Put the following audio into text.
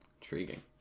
Intriguing